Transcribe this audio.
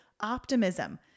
Optimism